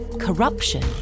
corruption